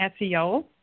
SEO